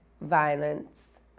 violence